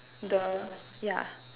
the ya